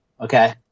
Okay